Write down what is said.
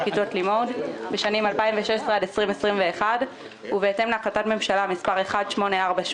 כיתות לימוד בשנים 2021,2020-2016 ובהתאם להחלטת ממשלה מס' 1848